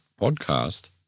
Podcast